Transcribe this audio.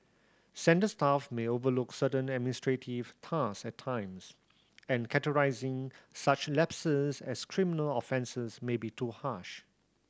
centre staff may overlook certain administrative task at times and categorising such lapses as criminal offences may be too harsh